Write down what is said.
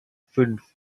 fünf